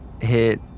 hit